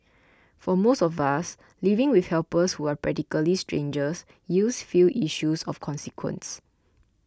for most of us living with helpers who are practically strangers yields few issues of consequence